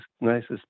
nicest